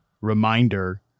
reminder